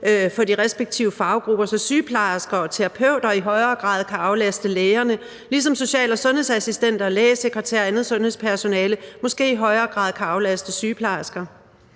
for de respektive faggrupper, så sygeplejersker og terapeuter i højere grad kan aflaste lægerne, ligesom social- og sundhedsassistenter og lægesekretærer og andet sundhedspersonale måske i højere grad kan aflaste sygeplejersker.